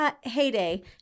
heyday